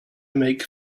make